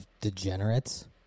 degenerates